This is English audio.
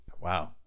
Wow